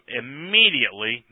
immediately